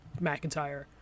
McIntyre